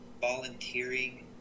volunteering